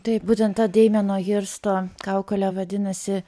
taip būtent ta demieno hirsto kaukolė vadinasi